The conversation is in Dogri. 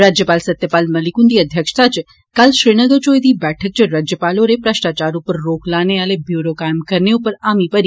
राज्यपाल सत्यपाल मलिक हुन्दी अध्यक्षता च कल श्रीनगर च होई दी बैठक च राज्यपाल होरें म्रष्टाचार उप्पर रोक आहले ब्यूरो कायम करने उप्पर हामी भरी